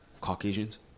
Caucasians